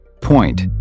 Point